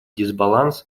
дисбаланс